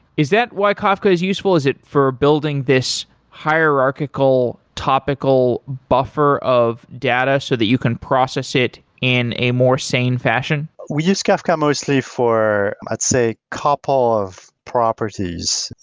is that why kafka is useful? is it for building this hierarchical topical buffer of data so that you can process it in a more sane fashion? we use kafka mostly for, i'd say, couple of properties.